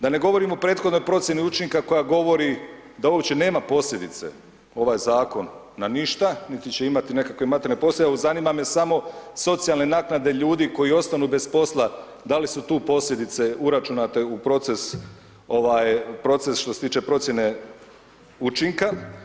Da ne govorim o prethodnoj procjeni učinka koja govori da uopće nema posljedice ovaj zakon na ništa, niti će imati nekakve posljedice, evo zanima me samo socijalne naknade ljudi koji ostanu bez posla, da li su tu posljedice uračunate u proces ovaj proces što se tiče procjene učinka.